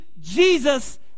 Jesus